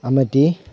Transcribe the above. ꯑꯃꯗꯤ